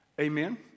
Amen